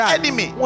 enemy